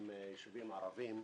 הם יישובים ערביים,